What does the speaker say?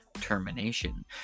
termination